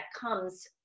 comes